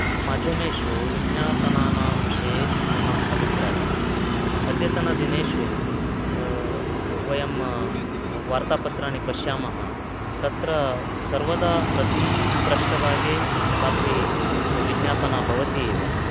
माध्यमेषु विज्ञापनानां विषये मम अभिप्रायः अद्यतनदिनेषु वयं वार्तापत्राणि पश्यामः तत्र सर्वदा प्रतीपृष्टभागे कापि विज्ञापना भवति एव